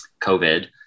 covid